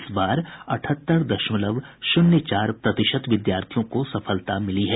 इस बार अठहत्तर दशलमव शून्य चार प्रतिशत विद्यार्थियों को सफलता मिली है